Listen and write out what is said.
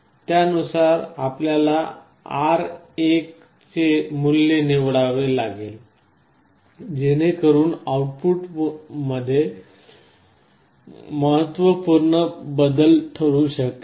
त्यानुसार आपल्याला R1 चे मूल्य निवडावे लागेल जेणेकरुन व्होल्टेज आउटपुटमध्ये बदल महत्त्वपूर्ण ठरू शकेल